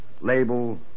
label